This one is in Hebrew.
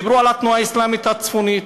דיברו על התנועה האסלאמית הצפונית,